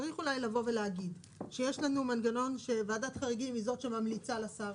צריך אולי להגיד שיש לנו מנגנון שוועדת חריגים היא זאת שממליצה לשר,